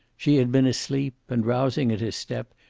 she had been asleep, and rousing at his step,